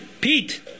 Pete